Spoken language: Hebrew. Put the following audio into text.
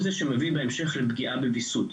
והוא זה שמביא בהמשך לפגיעה בוויסות.